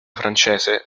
francese